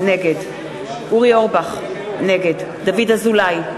נגד אורי אורבך, נגד דוד אזולאי,